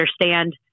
understand